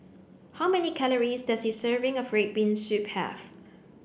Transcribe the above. how many calories does a serving of red bean soup have